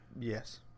yes